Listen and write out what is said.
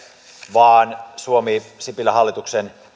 vaan suomi sipilän hallituksen